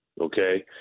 okay